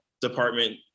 department